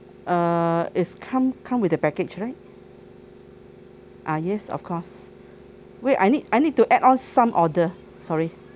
err is come come with the package right ah yes of course wait I need I need to add on some order sorry